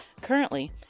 Currently